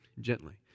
gently